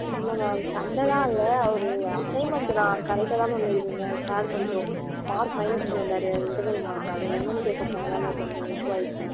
இல்லை மேம் சண்டைலாம் இல்லை அவர் அசைமென்ட் நான் கரெக்ட்டாக தான் மேம் எழுந்தியிருந்தேன் சார் கொஞ்சம் மார்க்கு மைனஸ் பண்ணியிருந்தாரு இன்டர்னல் மார்க்கு அது என்னன்னு கேக்கப்போனதால் கொஞ்சம் இஸ்ஸுவ்வாயிடுச்சு மேம்